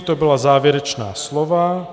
To byla závěrečná slova.